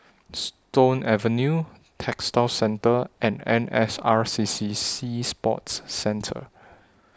Stone Avenue Textile Centre and N S R C C Sea Sports Centre